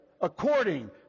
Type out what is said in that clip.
according